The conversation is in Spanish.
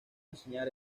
enseñar